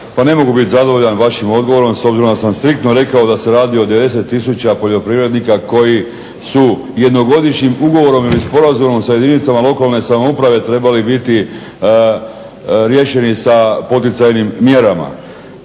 Pa ne mogu biti zadovoljan vašim odgovorom s obzirom da sam striktno rekao da se radi o 90 tisuća poljoprivrednika koji su jednogodišnjim ugovorom ili sporazumom sa jedinicama lokalne samouprave trebali biti riješeni sa poticajnim mjerama.